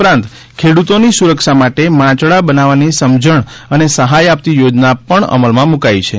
ઉપરાંત ખેડૂતોની સુરક્ષા માટે માંચડા બનાવવાની સમજણ અને સહાય આપતી યોજના પણ અમલમાં મુકાઈ છે